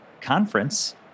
conference